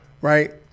Right